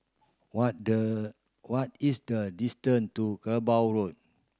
what the what is the distance to Kerbau Road